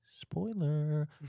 spoiler